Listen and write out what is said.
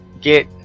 get